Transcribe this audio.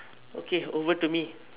okay over to me